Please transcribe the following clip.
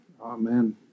Amen